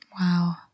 Wow